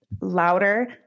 louder